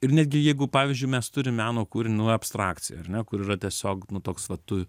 ir netgi jeigu pavyzdžiui mes turim meno kūrinio abstrakciją ar ne kur yra tiesiog nu toks vat tu